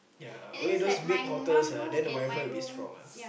yeah only those big hotels ah then the WiFi will be strong ah